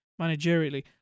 managerially